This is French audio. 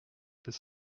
ses